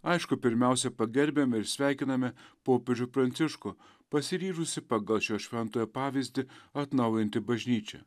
aišku pirmiausia pagerbiame ir sveikiname popiežių pranciškų pasiryžusį pagal šio šventojo pavyzdį atnaujinti bažnyčią